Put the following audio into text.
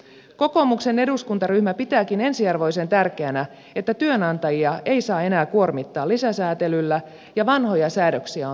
kokoomuksen eduskuntaryhmä pitääkin ensiarvoisen tärkeänä että työnantajia ei saa enää kuormittaa lisäsäätelyllä ja vanhoja säädöksiä on perattava